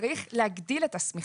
צריך להגדיל את השמיכה.